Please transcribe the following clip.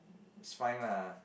it's fine lah